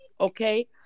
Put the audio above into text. okay